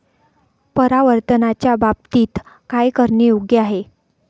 परावर्तनाच्या बाबतीत काय करणे योग्य आहे